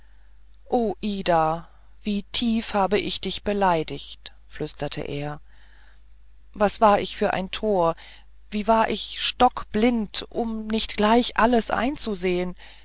o ida wie tief habe ich dich beleidigt flüsterte er was war ich für ein tor wie war ich so stockblind um nicht gleich alles einzusehen